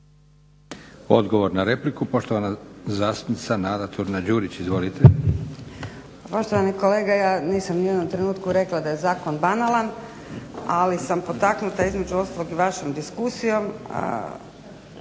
Odgovor na repliku, poštovana zastupnica Nada Turina-Đurić. Izvolite. **Turina-Đurić, Nada (HNS)** Poštovani kolega ja nisam ni u jednom trenutku rekla da je zakon banalan, ali sam potaknuta između ostalog i vašom diskusijom